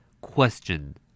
Question